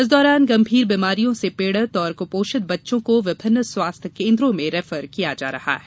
इस दौरान गंभीर बीमारियों से पीडित और कुपोषित बच्चों को विभिन्न स्वास्थ्य केन्द्रों में रैफर किया जा रहा है